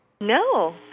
no